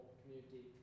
community